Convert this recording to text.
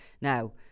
Now